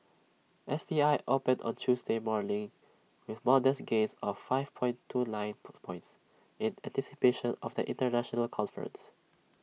S T I opened on Tuesday morning with modest gains of five point two nine put points in anticipation of the International conference